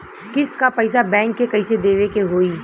किस्त क पैसा बैंक के कइसे देवे के होई?